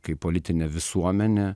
kaip politinė visuomenė